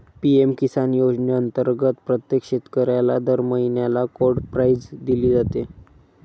PM Kisan योजनेअंतर्गत प्रत्येक शेतकऱ्याला दर महिन्याला कोड प्राईज दिली जाते